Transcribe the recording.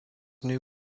new